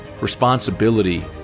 responsibility